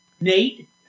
Nate